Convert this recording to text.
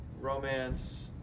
Romance